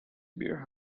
beer